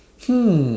hmm